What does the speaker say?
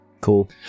Cool